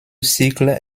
cycle